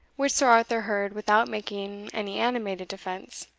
which sir arthur heard without making any animated defence.